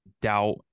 doubt